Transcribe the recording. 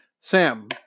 sam